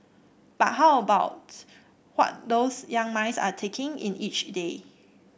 but how about what those young minds are taking in each day